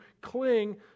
cling